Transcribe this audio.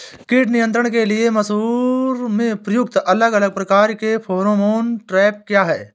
कीट नियंत्रण के लिए मसूर में प्रयुक्त अलग अलग प्रकार के फेरोमोन ट्रैप क्या है?